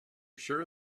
sure